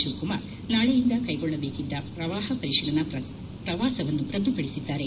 ಶಿವಕುಮಾರ್ ನಾಳೆಯಿಂದ ಕೈಗೊಳ್ಳಬೇಕಿದ್ದ ಪ್ರವಾಹ ಪರಿಶೀಲನಾ ಪ್ರವಾಸವನ್ನು ರದ್ದುಪಡಿಸಿದ್ದಾರೆ